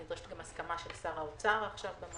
נדרשת עכשיו גם הסכמה של שר האוצר למנגנון